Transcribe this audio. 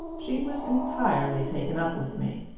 she was entirely taken up with me,